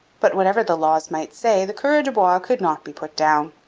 but, whatever the laws might say, the coureur de bois could not be put down.